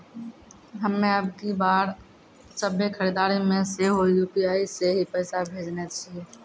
हम्मे अबकी बार सभ्भे खरीदारी मे सेहो यू.पी.आई से ही पैसा भेजने छियै